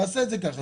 תעשה את זה כך.